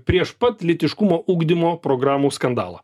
prieš pat lytiškumo ugdymo programų skandalą